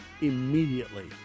immediately